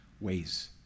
ways